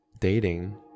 dating